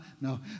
no